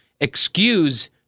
excuse